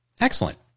Excellent